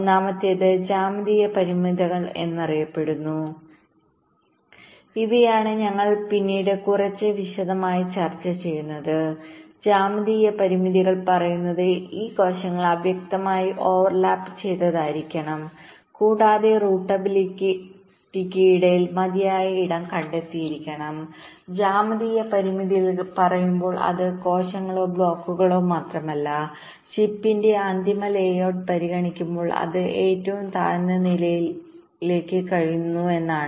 ഒന്നാമത്തേത് ജ്യാമിതീയ പരിമിതികൾ എന്നറിയപ്പെടുന്നു ഇവയാണ് ഞങ്ങൾ പിന്നീട് കുറച്ച് വിശദമായി ചർച്ച ചെയ്യുന്നത് ജ്യാമിതീയ പരിമിതികൾ പറയുന്നത് ഈ കോശങ്ങൾ അവ്യക്തമായി ഓവർലാപ്പുചെയ്യാത്തതായിരിക്കണം കൂടാതെ റൂട്ടബിലിറ്റിക്ക്ഇടയിൽ മതിയായ ഇടം ഉണ്ടായിരിക്കണം ജ്യാമിതീയ പരിമിതികൾ പറയുമ്പോൾ അത് കോശങ്ങളോ ബ്ലോക്കുകളോ മാത്രമല്ല ചിപ്പിന്റെ അന്തിമ ലേഔട്ട് പരിഗണിക്കുമ്പോൾ അതിന് ഏറ്റവും താഴ്ന്ന നിലയിലേക്ക് പോകാൻ കഴിയുമെന്നാണ്